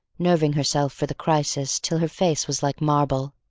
nerving herself for the crisis till her face was like marble,